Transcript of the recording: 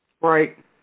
right